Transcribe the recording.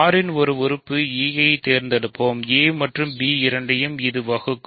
R ன் ஒரு உறுப்பு e ஐ தேர்ந்தெடுப்போம் a மற்றும் b இரண்டையும் இது வகுக்கும்